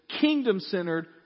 kingdom-centered